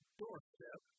doorstep